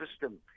system